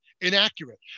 inaccurate